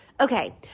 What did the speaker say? okay